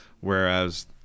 whereas